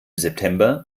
september